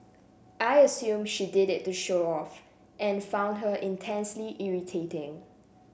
I assumed she did it to show off and found her intensely irritating